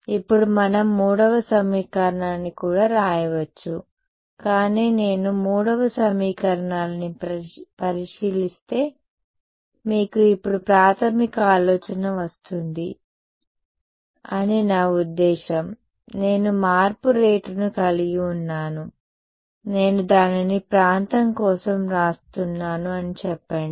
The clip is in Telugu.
ఇప్పుడు మనం మూడవ సమీకరణాన్ని కూడా వ్రాయవచ్చు కానీ నేను మూడవ సమీకరణాన్ని పరిశీలిస్తే మీకు ఇప్పుడు ప్రాథమిక ఆలోచన వస్తుంది అని నా ఉద్దేశ్యం నేను మార్పు రేటును కలిగి ఉన్నాను నేను దానిని ప్రాంతం కోసం వ్రాస్తున్నాను అని చెప్పండి